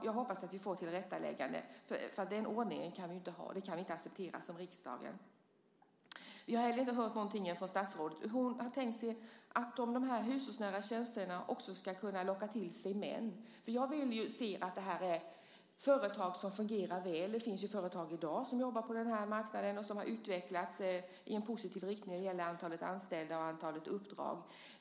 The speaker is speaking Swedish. Jag hoppas att vi får ett tillrättaläggande, för den ordningen kan vi inte ha. Det kan vi inte acceptera som riksdag. Jag har heller inte hört om statsrådet har tänkt sig att de hushållsnära tjänsterna också ska kunna locka till sig män. Jag vill ju se att detta är företag som fungerar väl. Det finns företag i dag som jobbar på den här marknaden och som har utvecklats i en positiv riktning när det gäller antalet anställda och antalet uppdrag.